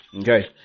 Okay